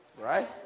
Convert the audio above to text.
Right